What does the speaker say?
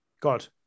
God